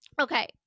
okay